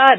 R